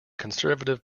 conservative